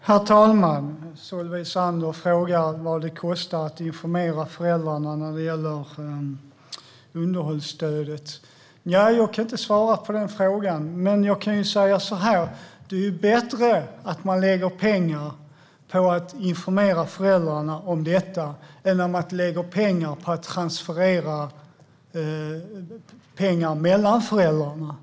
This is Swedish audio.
Herr talman! Solveig Zander frågar vad det kostar att informera föräldrarna när det gäller underhållsstödet. Jag kan inte svara på den frågan. Men jag kan säga så här: Det är bättre att man lägger pengar på att informera föräldrarna om detta än att lägga pengar på transfereringar mellan föräldrarna.